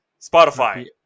spotify